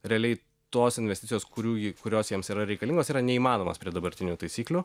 realiai tos investicijos kurių ji kurios jiems yra reikalingos yra neįmanomos prie dabartinių taisyklių